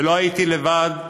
ולא הייתי לבד,